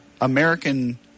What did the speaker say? American